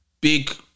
big